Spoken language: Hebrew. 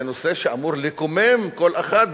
זה נושא שאמור לקומם כל אחד,